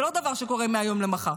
זה לא דבר שקורה מהיום למחר.